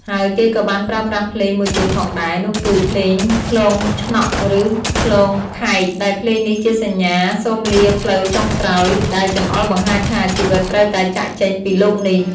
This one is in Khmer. ហើយគេក៏បានប្រើប្រាស់ភ្លេងមួយទៀតផងដែរ នោះគឺ ភ្លេងខ្លងឆ្នក់ ឬ ខ្លងខែក ដែលភ្លេងនេះជាសញ្ញាសូមលាផ្លូវចុងក្រោយ ដែលចង្អុលបង្ហាញថា ជីវិតត្រូវតែចាកចេញពីលោកនេះ។